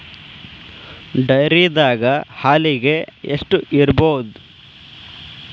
ಡೈರಿದಾಗ ಹಾಲಿಗೆ ಎಷ್ಟು ಇರ್ಬೋದ್?